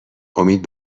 امید